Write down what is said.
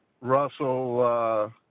Russell